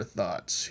Thoughts